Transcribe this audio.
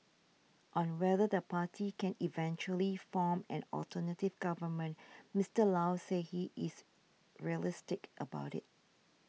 on whether the party can eventually form an alternative government Mister Low said he is realistic about it